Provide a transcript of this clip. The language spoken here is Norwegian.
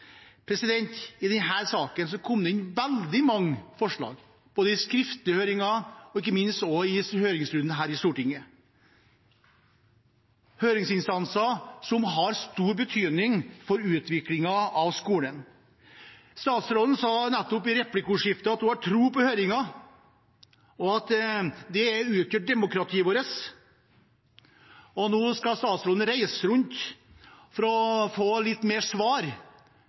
I denne saken kom det inn veldig mange forslag, både i den skriftlige høringen og ikke minst i høringsrunden her i Stortinget, fra høringsinstanser som har stor betydning for utviklingen av skolen. Statsråden sa nettopp i replikkordskiftet at hun har tro på høringer, og at det utgjør demokratiet vårt, og nå skal statsråden reise rundt for å få litt mer svar.